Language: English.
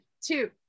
two